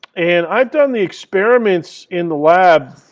and i've done the experiments in the lab.